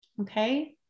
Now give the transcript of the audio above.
Okay